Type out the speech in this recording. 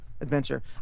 adventure